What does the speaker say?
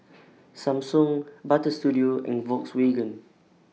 Samsung Butter Studio and Volkswagen